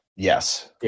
Yes